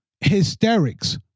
hysterics